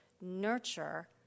Nurture